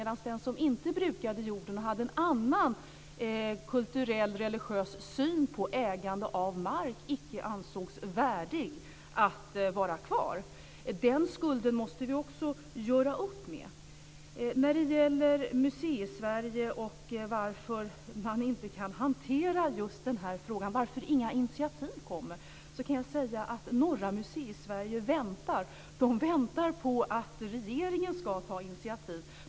Den som inte brukade jorden och hade en annan kulturell och religiös syn på ägande av mark ansågs icke värdig att vara kvar. Den skulden måste vi också göra upp med. När det gäller Museisverige och varför man inte kan hantera den här frågan, varför inga initiativ kommer, kan jag säga att norra Museisverige väntar. De väntar på att regeringen ska ta initiativ.